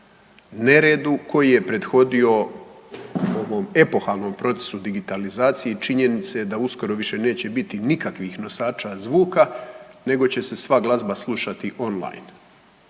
neredu koji je prethodio ovom epohalnom procesu digitalizacije i činjenice da uskoro više neće biti nikakvih nosača zvuka, nego će se sva glazba slušati on-line.